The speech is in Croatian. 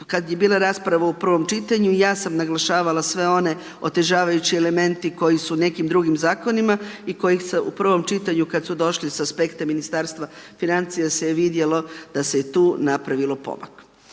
kada je bila rasprava u prvom čitanju ja sam naglašavala sve one otežavajuće elemente koji su u nekim drugim zakonima i kojih se u prvom čitanju kada su došli sa aspekta Ministarstva financija se vidjelo da se i tu napravio pomak.